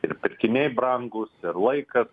ir pirkiniai brangūs ir laikas